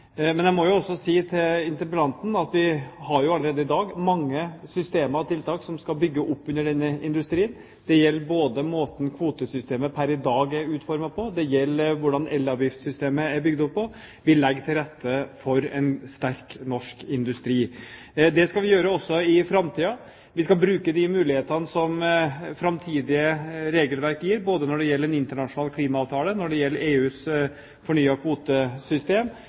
Men jeg må jo også si til interpellanten at vi allerede i dag har mange systemer og tiltak som skal bygge opp under denne industrien. Det gjelder både måten kvotesystemet pr. i dag er utformet på, og det gjelder hvordan elavgiftssystemet er bygd opp. Vi legger til rette for en sterk norsk industri. Det skal vi gjøre også i framtiden. Vi skal bruke de mulighetene som framtidige regelverk gir, både når det gjelder en internasjonal klimaavtale, når det gjelder EUs fornyede kvotesystem,